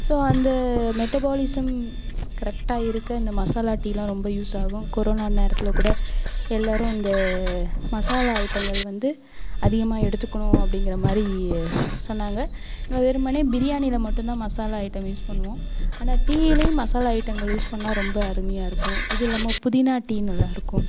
so அந்த metabolism கரெக்டாக இருக்க இந்த மசாலா டீலாம் ரொம்ப யூஸ் ஆகும் கொரோனா நேரத்தில்க்கூட எல்லாரும் இந்த மசாலா ஐட்டங்கள் வந்து அதிகமாக எடுத்துக்கணும் அப்படிங்குறமாரி சொன்னாங்க இந்த வெறுமனே பிரியாணியில் மட்டும்தான் மசாலா ஐட்டம் யூஸ் பண்ணுவோம் ஆனால் டீயிலயும் மசாலா ஐட்டங்கள் யூஸ் பண்ணால் ரொம்ப அருமையாக இருக்கும் இது இல்லாமல் புதினா டீ நல்லா இருக்கும்